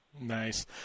Nice